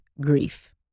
grief